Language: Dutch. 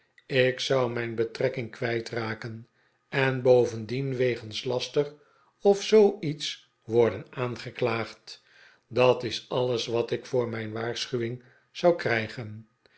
ik zou mijn betrekking kwijt raken en bovendien wegens laster of zoo iets worden aangeklaagd dat is alles wat ik voor mijn waarschuwing zou krijgen